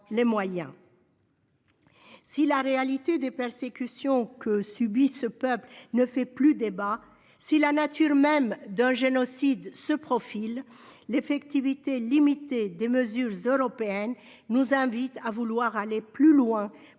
Si la réalité des persécutions que subit ce peuple ne fait plus débat, si la nature même d'un génocide se profile, l'effectivité limitée des mesures européennes nous invite à vouloir aller plus loin pour